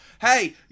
hey